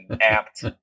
apt